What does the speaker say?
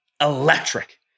electric